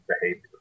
behavior